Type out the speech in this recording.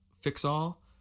fix-all